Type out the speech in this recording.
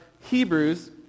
Hebrews